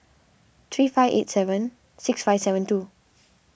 three five eight seven six five seven two